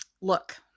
look